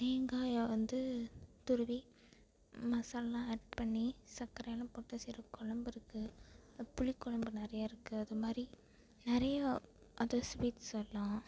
தேங்காயை வந்து துருவி மசாலாவெலாம் ஆட் பண்ணி சர்க்கரையெல்லாம் போட்டு செய்யுற கொழம்பு இருக்குது புளி கொழம்பு நிறையா இருக்குது அதுமாதிரி நிறையா அது ஸ்வீட்ஸ் சொல்லலாம்